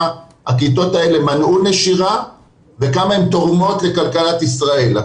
הכיתות האלה מנעו נשירה וכמה הן תורמות לכלכלת ישראל.